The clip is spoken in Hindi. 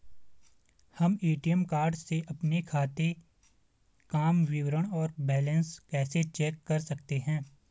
हम ए.टी.एम कार्ड से अपने खाते काम विवरण और बैलेंस कैसे चेक कर सकते हैं?